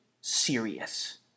serious